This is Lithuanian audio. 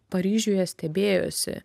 paryžiuje stebėjosi